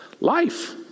Life